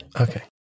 okay